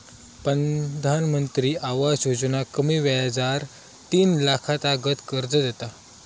प्रधानमंत्री आवास योजना कमी व्याजार तीन लाखातागत कर्ज देता